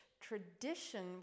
tradition